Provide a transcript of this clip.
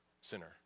sinner